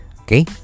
Okay